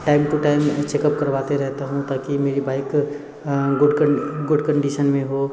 time to time checkup करवाते रहता हूँ ताकि मेरी बाइक गुड गुड कंडीशन में हो